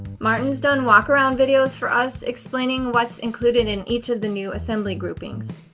martin's done walk-around videos for us, explaining what's included in each of the new assembly groupings.